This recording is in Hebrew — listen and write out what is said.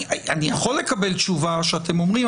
אני יכול לקבל תשובה שאתם אומרים,